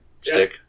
stick